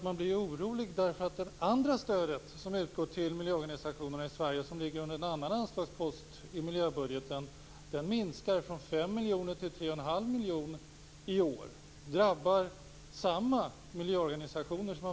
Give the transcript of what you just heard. Man blir ju orolig därför att det andra stödet som utgår till miljöorganisationerna i Sverige, vilket ligger under en annan anslagspost i miljöbudgeten, minskar från 5 miljoner till 3 1⁄2 miljoner kronor i år. Detta drabbar samma miljöorganisationer.